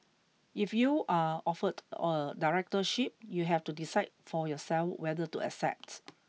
if you are offered a directorship you have to decide for yourself whether to accept